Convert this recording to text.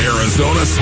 Arizona